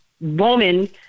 woman